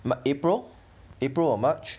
april april or march